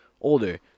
older